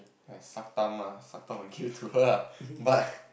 like suck thumb ah suck thumb and give it to her ah but